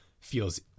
feels